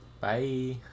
bye